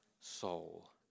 soul